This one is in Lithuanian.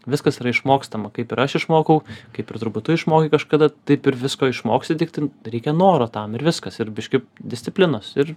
viskas yra išmokstama kaip ir aš išmokau kaip ir turbūt tu išmokai kažkada taip ir visko išmoksi tiktai reikia noro tam ir viskas ir biški disciplinos ir